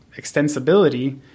extensibility